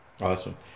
Awesome